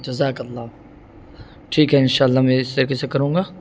جزاک اللہ ٹھیک ہے انشاء اللہ میں اس طریقے سے کروں گا